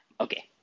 Okay